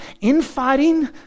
infighting